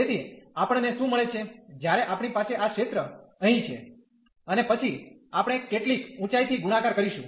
તેથી આપણને શું મળે છે જ્યારે આપણી પાસે આ ક્ષેત્ર અહીં છે અને પછી આપણે કેટલીક ઉંચાઇથી ગુણાકાર કરીશું